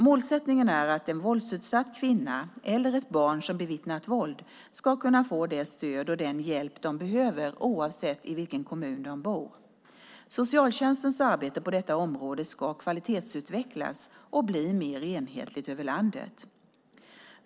Målsättningen är att en våldsutsatt kvinna eller ett barn som bevittnat våld ska kunna få det stöd och den hjälp de behöver oavsett i vilken kommun de bor. Socialtjänstens arbete på detta område ska därför kvalitetsutvecklas och bli mer enhetligt över landet.